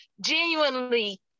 genuinely